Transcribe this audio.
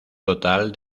total